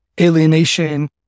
alienation